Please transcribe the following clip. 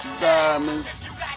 diamonds